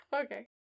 Okay